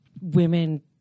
women